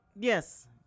Yes